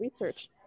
Research